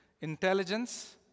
intelligence